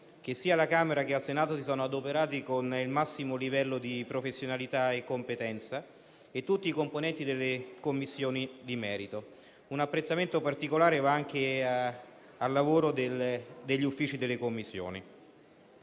dei deputati che al Senato si sono adoperati con il massimo livello di professionalità e competenza - e tutti i componenti delle Commissioni di merito. Un apprezzamento particolare va anche al lavoro degli Uffici delle Commissioni.